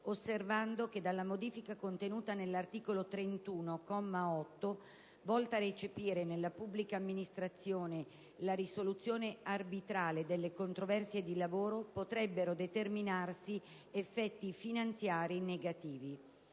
osservando che dalla modifica contenuta nell'articolo 31, comma 8, volta a recepire nella pubblica amministrazione la risoluzione arbitrale delle controversie di lavoro, potrebbero determinarsi effetti finanziari negativi.